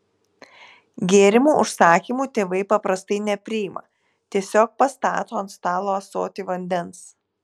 gėrimų užsakymų tėvai paprastai nepriima tiesiog pastato ant stalo ąsotį vandens